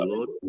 Lord